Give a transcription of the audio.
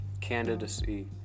candidacy